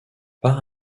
par